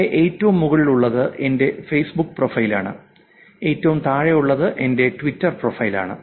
ഇവിടെ ഏറ്റവും മുകളിലുള്ളത് എന്റെ ഫേസ്ബുക്ക് പ്രൊഫൈലാണ് ഏറ്റവും താഴെയുള്ളത് എന്റെ ട്വിറ്റർ പ്രൊഫൈലാണ്